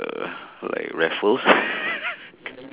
err like raffles